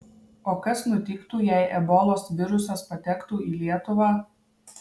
o kas nutiktų jei ebolos virusas patektų į lietuvą